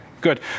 Good